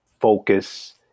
focus